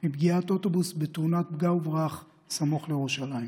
מפגיעת אוטובוס בתאונת פגע וברח סמוך לירושלים,